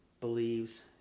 believes